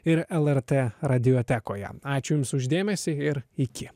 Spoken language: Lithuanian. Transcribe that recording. ir lrt radiotekoje ačiū jums už dėmesį ir iki